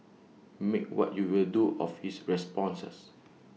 make what you will do of his responses